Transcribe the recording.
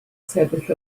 sefyll